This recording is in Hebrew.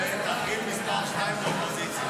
מזכירות, נא להעביר נושא.